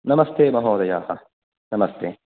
नमस्ते महोदयाः नमस्ते